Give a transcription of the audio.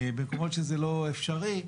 במקומות שזה לא אפשרי,